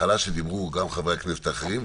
שדיברו גם חברי הכנסת האחרים,